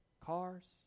Cars